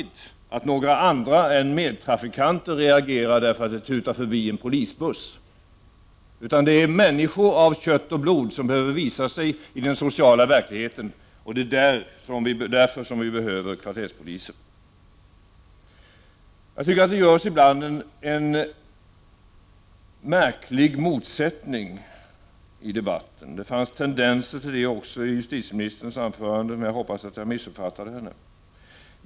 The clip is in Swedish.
Det är människor av kött och blod som behöver visa sig i den sociala verkligheten, och det är därför vi behöver kvarterspoliser. Det finns ibland en märklig motsättning i debatten. Det fanns tendenser till det även i justititieministerns anförande, men jag hoppas att jag missuppfattade henne.